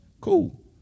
cool